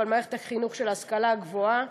אבל במערכת החינוך של ההשכלה הגבוהה,